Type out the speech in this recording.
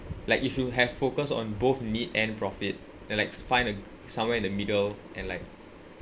like if you have focused on both need and profit and like find a somewhere in the middle and like